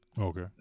Okay